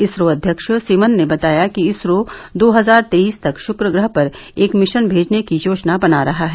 इसरो अध्यक्ष सिवन ने बताया कि इसरो दो हजार तेईस तक शुक्र ग्रह पर एक मिशन भेजने की योजना बना रहा है